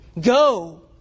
Go